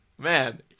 Man